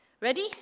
Ready